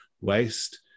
waste